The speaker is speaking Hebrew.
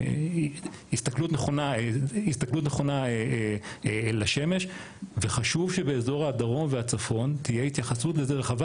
הסתכלות נכונה לשמש וחשוב שבאזור הדרום והצפון תהיה התייחסות לזה רחבה,